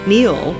Neil